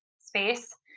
space